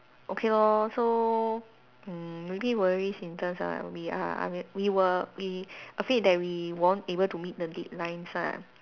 okay lor so mm maybe worries in terms of we are we were we afraid that we won't able to meet the deadlines ah